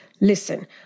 listen